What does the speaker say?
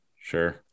Sure